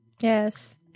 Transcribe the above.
Yes